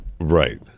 Right